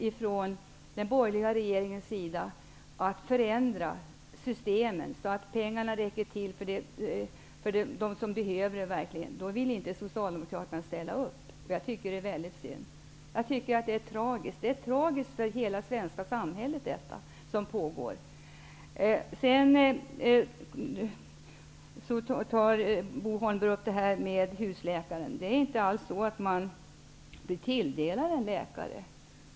När den borgerliga regeringen nu försöker förändra systemen så att pengarna räcker till för dem som verkligen behöver dem vill inte Socialdemokraterna ställa upp. Jag tycker att det är väldigt synd. Det som pågår är tragiskt för hela det svenska samhället. Bo Holmberg tar upp frågan om husläkare. Det är inte alls så att man kommer att bli tilldelad en läkare.